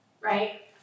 right